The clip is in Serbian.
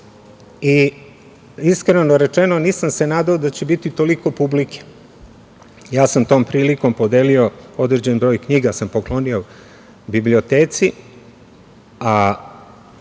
Iskreno rečeno, nisam se nadao da će biti toliko publike. Tom prilikom sam podelio, određen broj knjiga poklonio sam biblioteci,